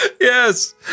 Yes